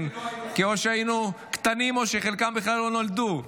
או שהיינו קטנים או שחלקנו בכלל לא נולדו.